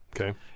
Okay